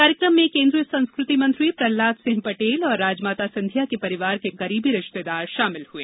कार्यक्रम में केंद्रीय संस्कृति मंत्री प्रह्लाद सिंह पटेल और राजमाता सिंधिया के परिवार के करीबी रिश्तेदार शामिल हुए